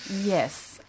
Yes